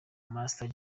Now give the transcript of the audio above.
master